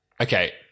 Okay